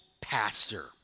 pastor